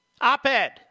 op-ed